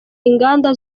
inganda